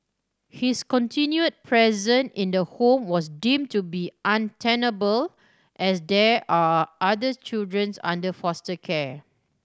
his continued presence in the home was deemed to be untenable as there are others children's under foster care